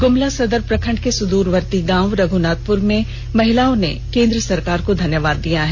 ग्रमला सदर प्रखंड के सुद्रवर्ती गांव रघ्नाथपुर की महिलाओं ने केंद्र सरकार को धन्यवाद दिया है